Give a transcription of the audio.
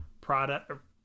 product